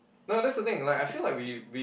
no that's the thing like I feel like we we